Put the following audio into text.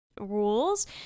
rules